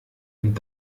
und